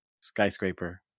skyscraper